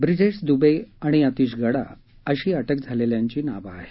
ब्रिजेश दुबे आणि अतिश गडा अशी अटक झालेल्यांची नावं आहेत